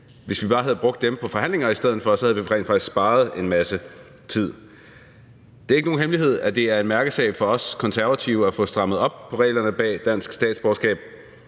statsborgerskab, på forhandlinger i stedet for, havde vi rent faktisk sparet en masse tid. Det er ikke nogen hemmelighed, at det er en mærkesag for os Konservative at få strammet op på reglerne bag dansk statsborgerskab.